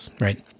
right